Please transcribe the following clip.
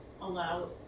allow